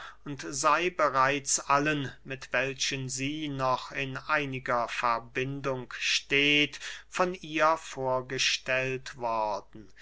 sey bereits allen mit welchen sie noch in einiger verbindung steht von ihr vorgestellt worden